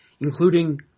including